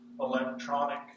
electronic